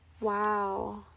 wow